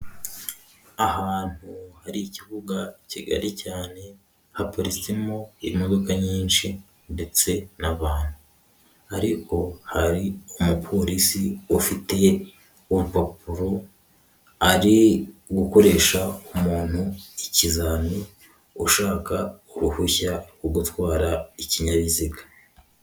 Ahantu hari ikibuga kigari cyane, haparitsemo imodoka nyinshi ndetse n'abantu, ariko hari umupolisi ufite urupapuro ari gukoresha umuntu ikizami ushaka uruhushya rwo gutwara ikinyabiziga.